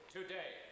Today